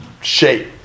shape